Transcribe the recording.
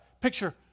picture